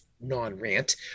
non-rant